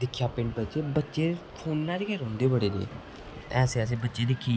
दिक्खेआ पिंड बच्चे फोने च गै रौंह्दे बडे़ दे ऐसे ऐसे बच्चे जेह्के